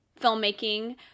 filmmaking